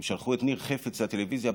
הם שלחו את ניר חפץ מהטלוויזיה,